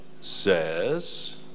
says